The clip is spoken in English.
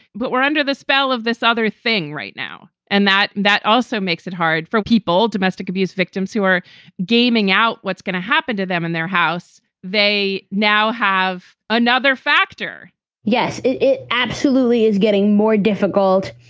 but we're under the spell of this other thing right now. and that that also makes it hard for people, domestic abuse victims who are gaming out what's going to happen to them in their house. they now have another factor yes, it absolutely is getting more difficult,